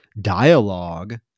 dialogue